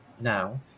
Now